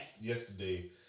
Yesterday